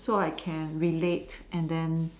so I can relate and then